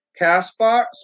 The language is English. CastBox